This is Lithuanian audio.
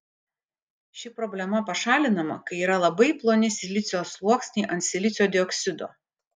ši problema pašalinama kai yra labai ploni silicio sluoksniai ant silicio dioksido